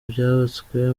byubatswe